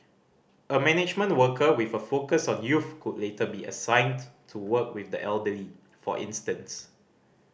a management worker with a focus on youth could later be assigned to work with the elderly for instance